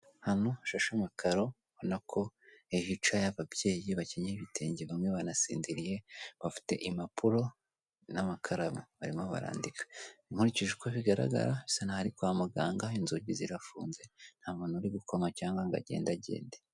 Ahantu hasashe amakaro ubona ko hicaye ababyeyi bakenyeye ibitenge bamwe banasinziriye bafite impapuro n'amakaramu barimo barandika, nkurikije uko bigaragara bisa n'aho ari kwa muganga inzugi zirafunze nta muntu uri gukoma cyangwa ngo agenda agende.